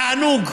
תענוג,